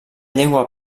llengua